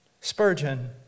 Spurgeon